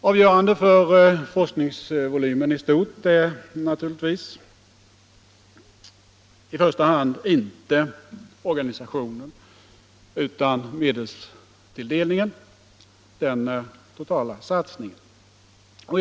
Avgörande för forskningsvolymen i stort är naturligtvis i första hand inte organisationen utan medelstilldelningen, den totala satsningen.